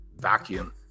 vacuum